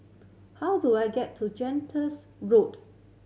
how do I get to Gentles Road